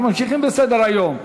אנחנו ממשיכים בסדר-היום.